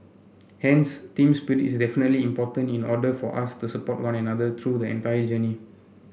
hence team spirit is definitely important in order for us to support one another through the entire journey